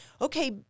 okay